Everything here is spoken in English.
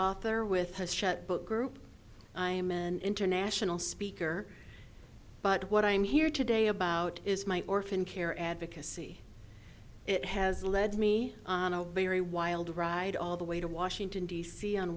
author with his shut book group i am an international speaker but what i'm here today about is my orphan care advocacy it has led me on a very wild ride all the way to washington d c on